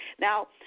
Now